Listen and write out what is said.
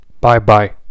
Bye-bye